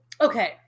okay